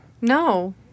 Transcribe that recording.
No